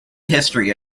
history